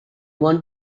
want